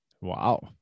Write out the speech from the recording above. Wow